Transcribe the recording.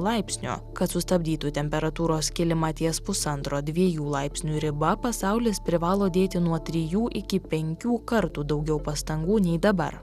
laipsnio kad sustabdytų temperatūros kilimą ties pusantro dviejų laipsnių riba pasaulis privalo dėti nuo trijų iki penkių kartų daugiau pastangų nei dabar